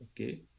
Okay